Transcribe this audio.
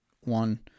one